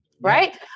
right